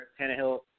Tannehill